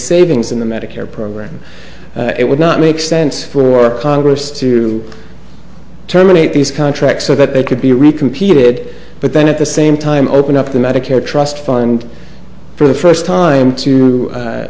savings in the medicare program it would not make sense for congress to terminate these contracts so that they could be recomputed but then at the same time open up the medicare trust fund for the first time to